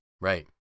Right